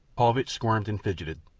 paulvitch squirmed and fidgeted.